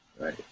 Right